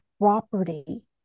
property